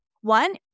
One